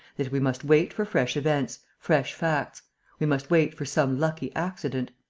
that we must wait for fresh events, fresh facts we must wait for some lucky accident.